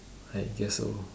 I guess so